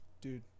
Dude